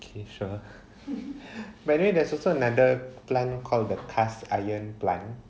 okay sure but then there's also another plant called the cast iron plant